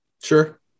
Sure